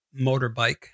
motorbike